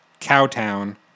Cowtown